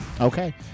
Okay